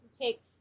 take